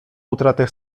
utratę